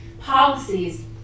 policies